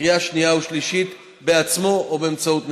לקריאה שנייה ושלישית, בעצמו או באמצעות נציגו.